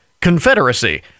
Confederacy